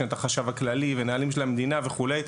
יש כאן את החשב הכללי ונהלים של המדינה וכולי,